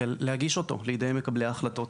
ולהגיש אותו לידי מקבלי ההחלטות.